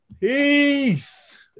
Peace